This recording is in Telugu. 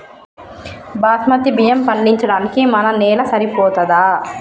బాస్మతి బియ్యం పండించడానికి మన నేల సరిపోతదా?